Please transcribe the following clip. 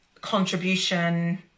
contribution